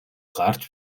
гарч